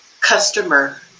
customer